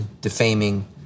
defaming